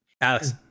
Alex